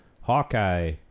Hawkeye